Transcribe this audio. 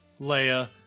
Leia